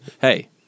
hey